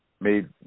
Made